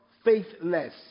faithless